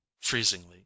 freezingly